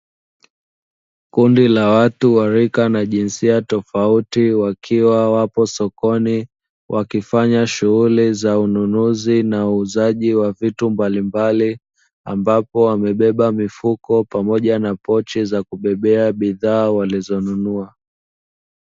Kundi la watu wa rika na jinsia tofauti wakiwa wapo sokoni, wakifanya shughuli za ununuzi na uuzaji wa vitu mbalimbali, ambapo wamebeba mifuko pamoja na pochi za kubebea bidhaa walizonunua.